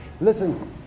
Listen